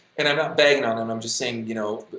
and i'm not bagging on him, i'm just saying, you know,